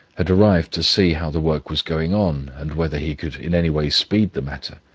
had arrived to see how the work was going on, and whether he could in any way speed the matter.